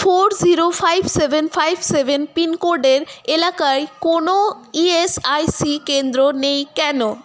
four zero five seven five seven পিনকোডের এলাকায় কোনো ইএসআইসি কেন্দ্র নেই কেন